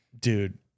dude